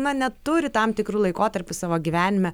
na neturi tam tikru laikotarpiu savo gyvenime